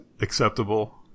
acceptable